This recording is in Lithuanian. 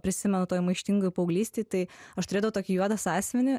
prisimenu toj maištingoj paauglystėj tai aš turėdavau tokį juodą sąsiuvinį